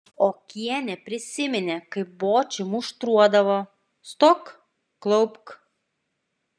okienė prisiminė kaip bočį muštruodavo stok klaupk